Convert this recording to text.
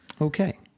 Okay